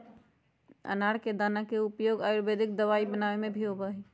अनार के दाना के उपयोग आयुर्वेदिक दवाई बनावे में भी होबा हई